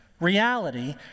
reality